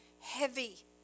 heavy